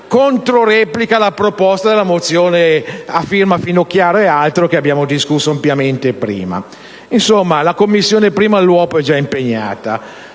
controreplica alla proposta della mozione a firma Finocchiaro ed altri, che abbiamo discusso ampiamente in precedenza. Insomma, la 1a Commissione all'uopo è già impegnata.